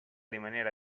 rimanere